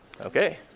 Okay